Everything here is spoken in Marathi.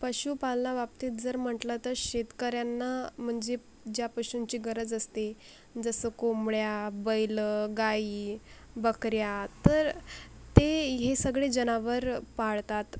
पशुपालनाबाबतीत जर म्हटलं तर शेतकऱ्यांना म्हणजे ज्या पशुंची गरज असते जसं कोंबड्या बैल गाई बकऱ्या तर ते हे सगळे जनावर पाळतात